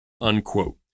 unquote